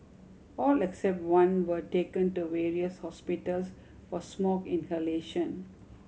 all except one were taken to various hospitals for smoke inhalation